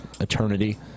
eternity